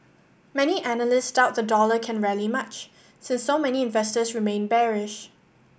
many analysts doubt the dollar can rally much since so many investors remain bearish